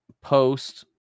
post